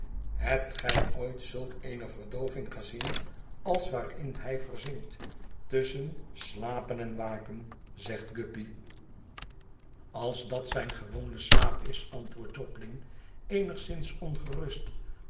hebt gij ooit zulk eene verdooving gezien als waarin hij verzinkt tusschen slapen en waken zegt guppy als dat zijn gewone slaap is antwoordt jobling eenigszins ongerust